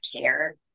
care